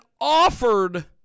offered